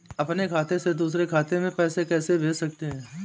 अपने खाते से दूसरे खाते में पैसे कैसे भेज सकते हैं?